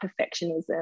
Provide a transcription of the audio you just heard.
perfectionism